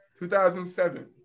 2007